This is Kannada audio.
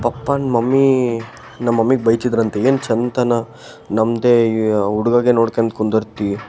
ಪಪ್ಪನ ಮಮ್ಮಿ ನಮ್ಮ ಮಮ್ಮಿಗೆ ಬೈತಿದ್ದರಂತೆ ಏನು ಚಂತನ ನಮ್ಮದೇ ಹುಡುಗಗೆ ನೋಡ್ಕೊಂಡು ಕುಂದಿರ್ತಿ